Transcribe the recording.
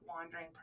wandering